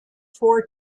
four